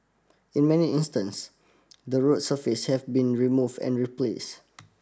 in many instance the road surfaces have been remove and replace